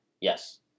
Yes